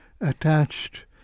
attached